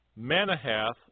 Manahath